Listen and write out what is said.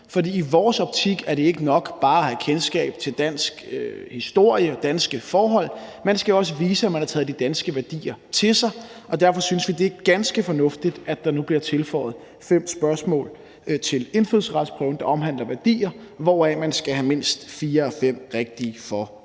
i vores optik er det ikke nok bare at have kendskab til dansk historie, danske forhold, man skal også vise, at man har taget de danske værdier til sig. Derfor synes vi, det er ganske fornuftigt, at der nu bliver tilføjet fem spørgsmål til indfødsretsprøven, der omhandler værdier, hvoraf man skal have mindst fire ud af fem rigtige for